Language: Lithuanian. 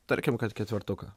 tarkim kad ketvertuką